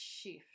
shift